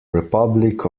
republic